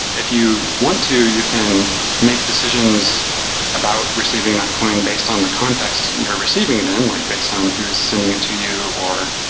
if you want to, you can make decisions about receiving that coin based on the context, you're receiving and and like based on who's sending it to you, or